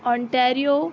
Ontario